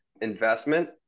investment